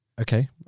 Okay